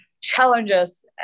challenges